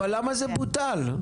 אבל למה זה בוטל?